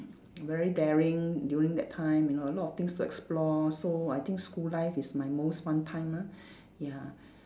very daring during that time you know a lot of things to explore so I think school life is my most fun time mah ya